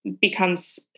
becomes